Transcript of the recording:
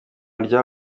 rya